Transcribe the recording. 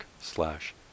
slash